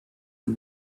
you